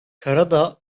karadağ